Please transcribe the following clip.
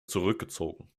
zurückgezogen